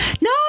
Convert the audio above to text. No